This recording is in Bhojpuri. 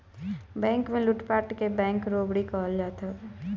बैंक में लूटपाट के बैंक रोबरी कहल जात हवे